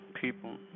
People